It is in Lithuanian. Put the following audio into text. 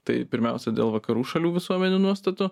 tai pirmiausia dėl vakarų šalių visuomenių nuostatų